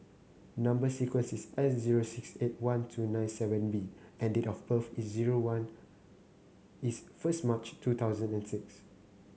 number sequence is S zero six eight one two nine seven B and date of birth is zero one is first March two thousand and six